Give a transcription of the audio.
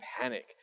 panic